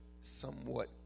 somewhat